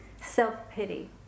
self-pity